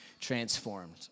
transformed